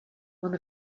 one